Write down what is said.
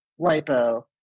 lipo